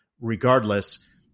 Regardless